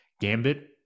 Gambit